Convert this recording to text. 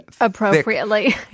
appropriately